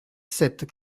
sept